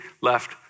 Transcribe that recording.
left